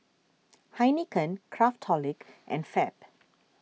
Heinekein Craftholic and Fab